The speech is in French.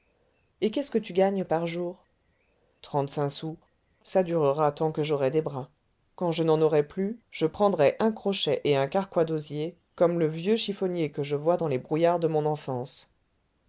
et qu'est-ce que tu gagnes par jour trente-cinq sous ça durera tant que j'aurai des bras quand je n'en aurai plus je prendrai un crochet et un carquois d'osier comme le vieux chiffonnier que je vois dans les brouillards de mon enfance